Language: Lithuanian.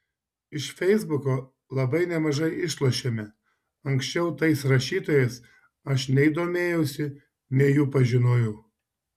iš feisbuko labai nemažai išlošėme anksčiau tais rašytojais aš nei domėjausi nei jų pažinojau